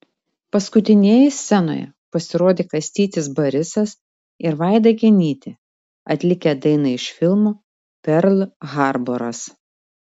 paskutinieji scenoje pasirodė kastytis barisas ir vaida genytė atlikę dainą iš filmo perl harboras